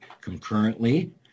concurrently